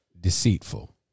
deceitful